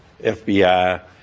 FBI